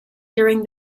during